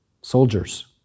soldiers